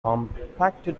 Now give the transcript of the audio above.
compacted